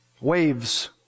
Waves